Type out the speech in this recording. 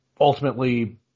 ultimately